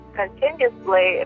continuously